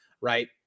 right